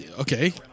Okay